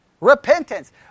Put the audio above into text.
Repentance